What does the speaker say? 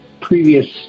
previous